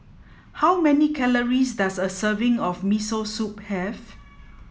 how many calories does a serving of Miso Soup have